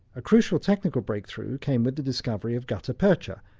a crucial technical breakthrough came with the discovery of gutta percha,